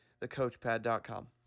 Thecoachpad.com